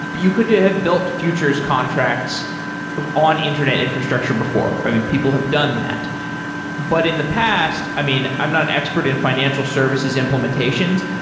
you could have built futures contracts on internet infrastructure before. i mean people have done that but in the past, i mean i am not an expert in financial services implementations,